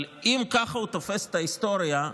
אבל אם ככה הוא תופס את ההיסטוריה,